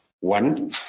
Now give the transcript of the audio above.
One